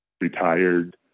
retired